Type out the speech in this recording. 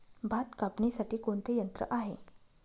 भात कापणीसाठी कोणते यंत्र आहे?